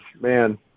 man